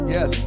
Yes